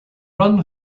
run